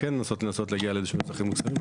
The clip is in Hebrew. וכן לנסות להגיע לאיזשהם נוסחים מוצעים.